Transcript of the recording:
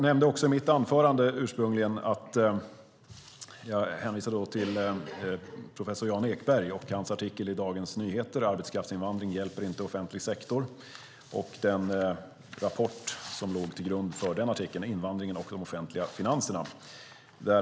I mitt anförande tidigare hänvisade jag till professor Jan Ekberg och hans artikel i Dagens Nyheter "Arbetskraftsinvandring hjälper inte offentlig sektor" samt den rapport som låg till grund för den artikeln, Invandringen och de offentliga finanserna .